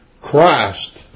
Christ